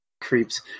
creeps